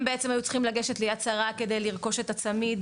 הם בעצם היו צריכים לגשת ליד שרה כדי לרכוש את הצמיד